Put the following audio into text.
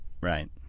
Right